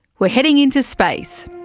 we're heading into space!